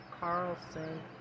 Carlson